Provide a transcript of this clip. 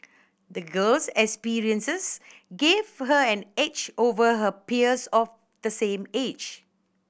the girl's experiences gave her an edge over her peers of the same age